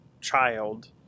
child